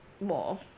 more